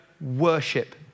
worship